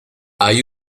hay